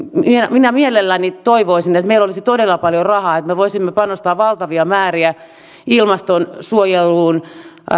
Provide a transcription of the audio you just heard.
minä mielelläni toivoisin että meillä olisi todella paljon rahaa että me voisimme panostaa valtavia määriä ilmastonsuojeluun